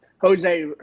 Jose